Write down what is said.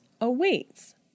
awaits